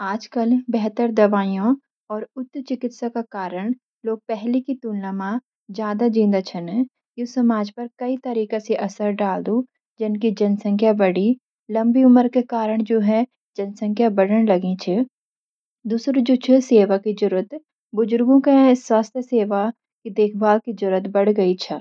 आजकल बेहतर दवाइयों और उच्च चिकित्सा का कारण लोग पहली की तुलना मा ज्यादा जिंदा छनं। यू समाज पर कई तरीका सी असर डाल दु जन की जनसंख्या बढ़ी, लम्बी उमर का कारण जु है जनसंख्या बढ़ान लगीं छ, दूसरू जु छ सेवा की जरूरत बुजुर्गों के स्वास्थ्य सेवा अर देखभाल कि ज़रूरत बढ़ गई छ।